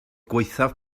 gwaethaf